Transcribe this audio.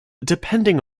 depending